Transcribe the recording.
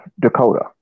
Dakota